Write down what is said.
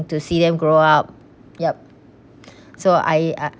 to see them grow up yup so I I